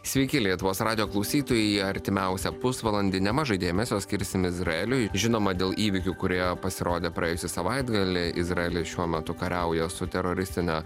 sveiki lietuvos radijo klausytojai artimiausią pusvalandį nemažai dėmesio skirsim izraeliui žinoma dėl įvykių kurie pasirodė praėjusį savaitgalį izraelis šiuo metu kariauja su teroristine